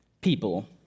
people